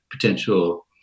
potential